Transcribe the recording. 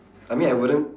I mean I wouldn't